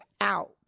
out